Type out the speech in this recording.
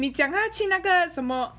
你讲他去那个什么